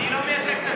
אני לא מייצג את עצמי,